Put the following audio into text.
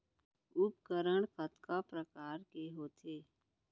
उपकरण कतका प्रकार के होथे?